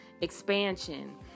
expansion